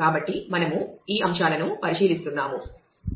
కాబట్టి మనము ఈ అంశాలను పరిశీలిస్తున్నాము